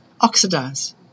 oxidize